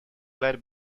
led